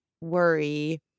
worry